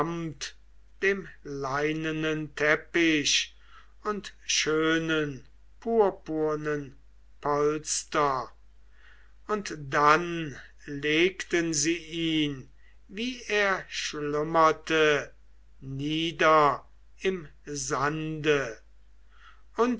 dem leinenen teppich und schönen purpurnen polster und dann legten sie ihn wie er schlummerte nieder im sande